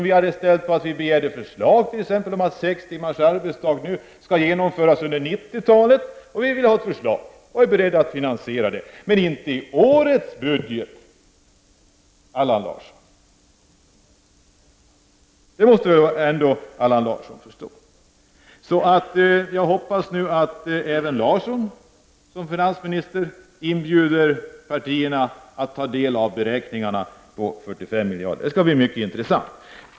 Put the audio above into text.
Vi har t.ex. begärt förslag om hur sex timmars arbetsdag skall genomföras under 90-talet. Vi vill ha ett förslag och är beredda att finansiera det men inte i årets budget — det måste väl ändå Allan Larsson förstå. Så hoppas jag att även Larsson som finansminister inbjuder partierna att ta del av beräkningarna. Det skall bli mycket intressant.